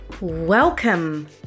Welcome